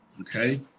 okay